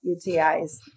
UTIs